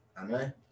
amen